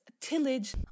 tillage